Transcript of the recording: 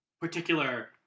particular